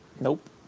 Nope